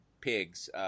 pigs